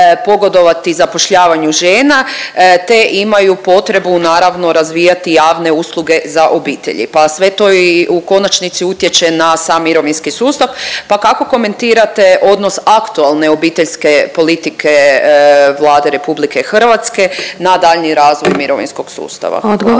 pogodovati zapošljavanju žena te imaju potrebu naravno razvijati javne usluge za obitelji, pa sve to i u konačnici utječe na sam mirovinski sustav. Pa kako komentirate odnos aktualne obiteljske politike Vlade RH na daljnji razvoj mirovinskog sustava.